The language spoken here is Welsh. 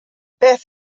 beth